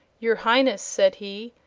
your highness, said he,